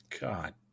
God